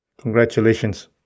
Congratulations